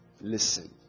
Listen